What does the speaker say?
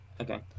okay